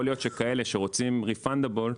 יכול להיות שכאלה שרוצים עם אפשרות ביטול,